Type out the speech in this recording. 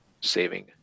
saving